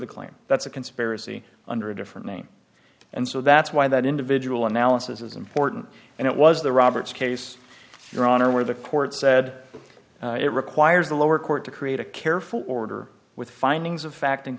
the claim that's a conspiracy under a different name and so that's why that individual analysis is important and it was the roberts case your honor where the court said it requires the lower court to create a careful order with findings of fact